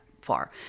far